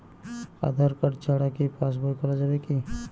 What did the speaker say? আধার card ছাড়া কি পাসবই খোলা যাবে কি?